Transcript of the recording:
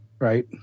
Right